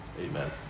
Amen